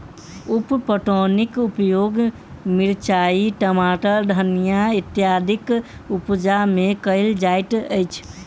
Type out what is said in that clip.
उप पटौनीक उपयोग मिरचाइ, टमाटर, धनिया इत्यादिक उपजा मे कयल जाइत अछि